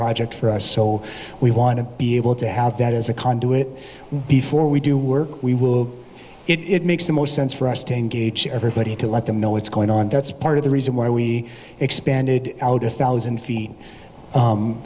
project for us so we want to be able to have that as a conduit before we do work we will it makes the most sense for us to engage everybody to let them know what's going on that's part of the reason why we expanded out a thousand feet